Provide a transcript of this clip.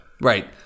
Right